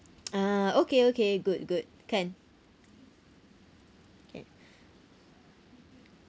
ah okay okay good good can